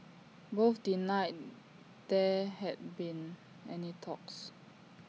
both denied there had been any talks